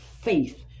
faith